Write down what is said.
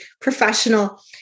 professional